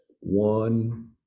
one